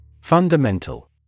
Fundamental